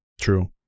true